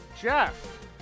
jeff